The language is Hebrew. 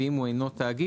ואם הוא אינו תאגיד,